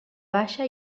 baixa